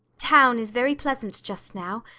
town is very pleasant just now,